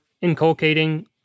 inculcating